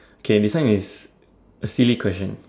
K this one is a silly question